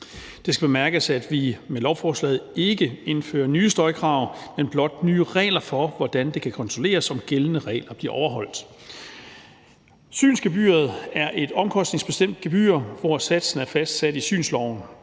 Det skal bemærkes, at vi med lovforslaget ikke indfører nye støjkrav, men blot nye regler for, hvordan det kan kontrolleres, om gældende regler bliver overholdt. Synsgebyret er et omkostningsbestemt gebyr, hvor satsen er fastsat i synsloven.